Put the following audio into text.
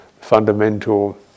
fundamental